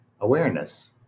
awareness